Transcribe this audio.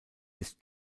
ist